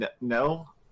no